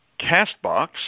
Castbox